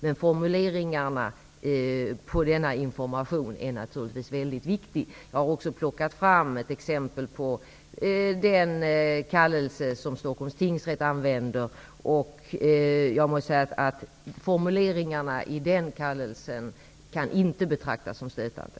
Men formuleringarna i denna information är naturligtvis väldigt viktiga. Jag har också plockat fram ett exempel på den kallelse som Stockholms tingsrätt använder. Jag måste säga att formuleringarna i den kallelsen inte kan betraktas som stötande.